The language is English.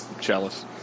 jealous